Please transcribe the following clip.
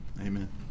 Amen